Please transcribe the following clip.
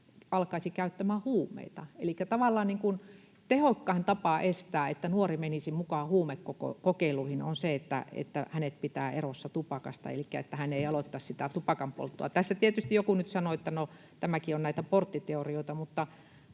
alkaisi käyttämään huumeita. Elikkä tavallaan tehokkain tapa estää se, että nuori menisi mukaan huumekokeiluihin, on se, että hänet pitää erossa tupakasta elikkä että hän ei aloittaisi tupakanpolttoa. Tässä tietysti joku nyt sanoo, että no, tämäkin on näitä porttiteorioita,